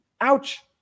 Ouch